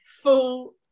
full